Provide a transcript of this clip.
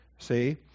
See